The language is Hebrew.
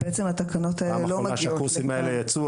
בפעם האחרונה שהקורסים האלה יצאו,